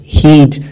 heed